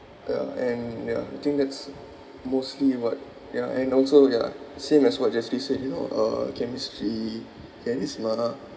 ya and ya I think that's mostly what ya and also ya same as what jeffrey said you know uh chemistry charisma